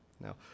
Now